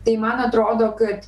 tai man atrodo kad